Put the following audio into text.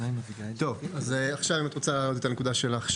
את רוצה להעלות את הנקודה שלך,